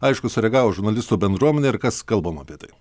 aišku sureagavo žurnalistų bendruomenė ir kas kalbama apie tai